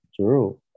True